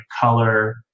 color